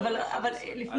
אני